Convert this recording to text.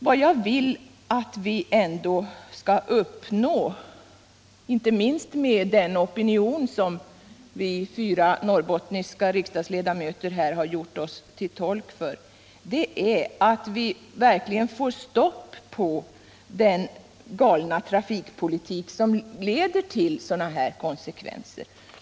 Vad jag vill att vi ändå skall uppnå — inte minst med hjälp av den opinion som vi fyra riksdagsledamöter här gjort oss till tolk för — är att vi verkligen får stopp på den galna trafikpolitik som leder till dessa konsekvenser.